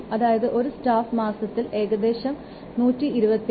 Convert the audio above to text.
അതായത് ഒരു സ്റ്റാഫ് മാസത്തിൽ ഏകദേശം 127 LOC